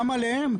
גם עליהם,